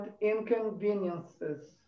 inconveniences